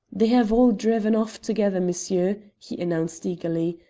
they have all driven off together, monsieur, he announced eagerly,